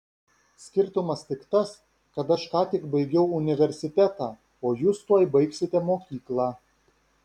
skirtumas tik tas kad aš ką tik baigiau universitetą o jūs tuoj baigsite mokyklą